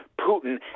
Putin